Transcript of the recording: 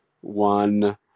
one